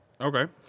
Okay